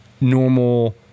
normal